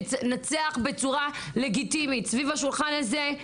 שינצח בצורה לגיטימית סביב השולחן הזה,